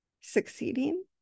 succeeding